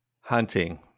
Hunting